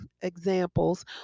examples